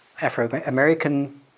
Afro-American